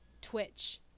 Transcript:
twitch